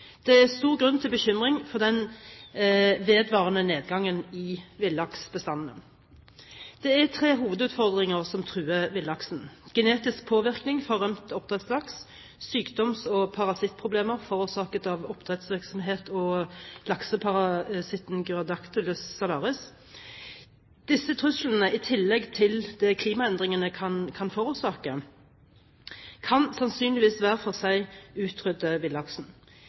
Det er stor grunn til bekymring for den vedvarende nedgangen i villaksstammen. Det er tre hovedutfordringer som truer villaksen: genetisk påvirkning fra rømt oppdrettslaks, sykdoms- og parasittproblemer forårsaket av oppdrettsvirksomhet og lakseparasitten Gyrodactylus salaris. Disse truslene, i tillegg til det klimaendringene kan forårsake, kan sannsynligvis hver for seg utrydde villaksen.